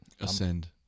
Ascend